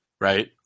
right